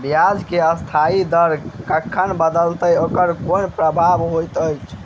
ब्याज केँ अस्थायी दर कखन बदलत ओकर लोन पर की प्रभाव होइत?